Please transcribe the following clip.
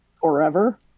Forever